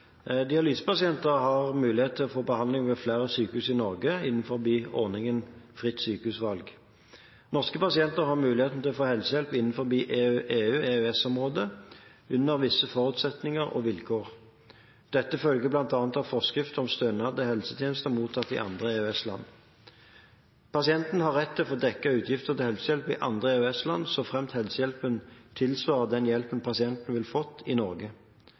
Dialysepasienter har mulighet til å få behandling ved flere sykehus i Norge innen ordningen fritt sykehusvalg. Norske pasienter har muligheten til å få helsehjelp innen EU/EØS-området under visse forutsetninger og vilkår. Dette følger bl.a. av forskrift om stønad til helsetjenester mottatt i andre EØS-land. Pasienten har rett til å få dekket utgifter til helsehjelp i andre EØS-land såfremt helsehjelpen tilsvarer den hjelpen pasienten ville fått i Norge.